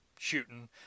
shooting